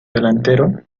delantero